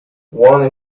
one